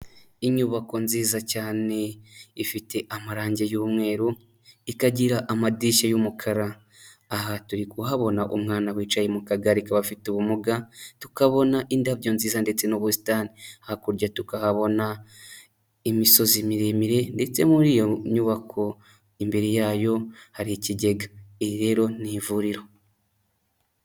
Inyubako nziza cyane ifite amarangi y'umweru, ikagira amadirishya y'umukara, aha turi kuhabona umwana wicaye mu kagari k'abafite ubumuga, tukabona indabyo nziza ndetse n'ubusitani, hakurya tukahabona imisozi miremire ndetse muri iyo nyubako imbere yayo hari ikigega, iri rero ni ivuriro.